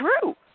true